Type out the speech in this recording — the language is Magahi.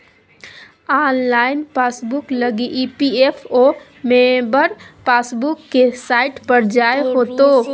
ऑनलाइन पासबुक लगी इ.पी.एफ.ओ मेंबर पासबुक के साइट पर जाय होतो